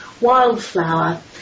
wildflower